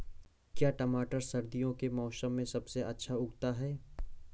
क्या टमाटर सर्दियों के मौसम में सबसे अच्छा उगता है?